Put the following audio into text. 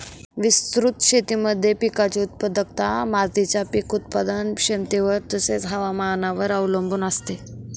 विस्तृत शेतीमध्ये पिकाची उत्पादकता मातीच्या पीक उत्पादन क्षमतेवर तसेच, हवामानावर अवलंबून असते